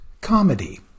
comedy